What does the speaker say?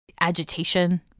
agitation